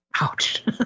Ouch